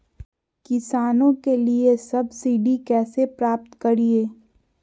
किसानों के लिए सब्सिडी कैसे प्राप्त करिये?